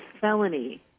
felony